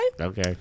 Okay